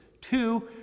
Two